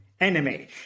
enemy